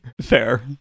Fair